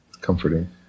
Comforting